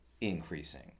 increasing